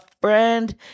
friend